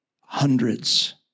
Hundreds